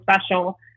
special